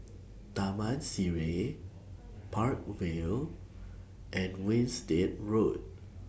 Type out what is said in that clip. Taman Sireh Park Vale and Winstedt Road